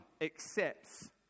accepts